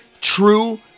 true